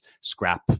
scrap